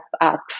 up